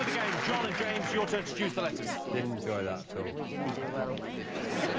jonah james you're to excuse the lettuce didn't enjoy that so we didn't do well